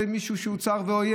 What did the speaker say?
זה מישהו שהוא צר ואויב,